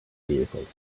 vehicles